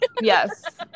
yes